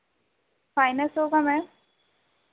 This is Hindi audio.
फायनेंस होगा मैम